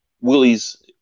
Willie's